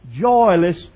joyless